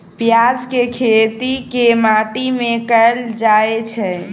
प्याज केँ खेती केँ माटि मे कैल जाएँ छैय?